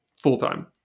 full-time